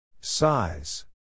Size